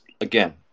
again